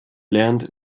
lernt